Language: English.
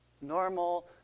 normal